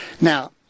Now